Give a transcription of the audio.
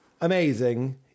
Amazing